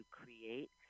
create